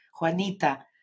Juanita